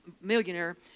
millionaire